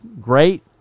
great